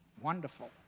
Wonderful